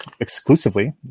exclusively